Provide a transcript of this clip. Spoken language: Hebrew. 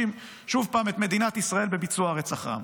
כשהוא מאשים שוב את מדינת ישראל בביצוע רצח עם.